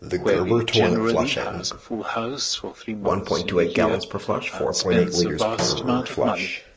where he generally has a full house for three months in the year and spends a vast amount of money,